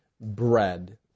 bread